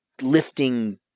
lifting